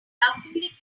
laughingly